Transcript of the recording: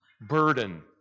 burden